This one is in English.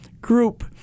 group